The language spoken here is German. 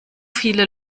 viele